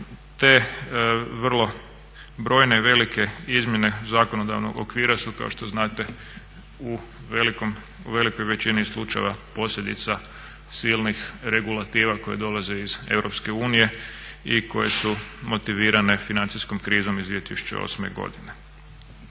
Te vrlo brojne, velike izmjene zakonodavnog okvira su kao što znate u velikoj većini slučajeva posljedica silnih regulativa koje dolaze iz EU i koje su motivirane financijskom krizom iz 2008.godine.